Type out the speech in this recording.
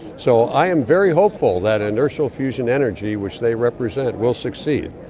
so i am very hopeful that inertial fusion energy, which they represent, will succeed.